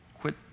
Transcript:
quit